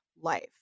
life